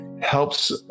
helps